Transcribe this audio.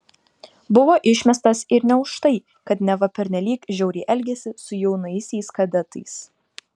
buvo išmestas ir ne už tai kad neva pernelyg žiauriai elgėsi su jaunaisiais kadetais